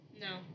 No